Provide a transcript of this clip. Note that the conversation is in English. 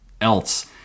else